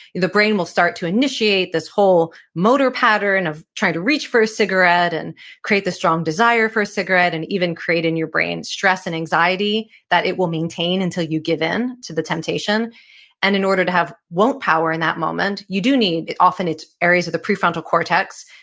the brain will start to initiate this whole motor pattern of trying to reach for a cigarette and create the strong desire for a cigarette and even create in your brain stress and anxiety that it will maintain until you give in to the temptation and in order to have won't power in that moment you do need, often it's areas of the prefrontal cortex,